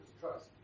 trust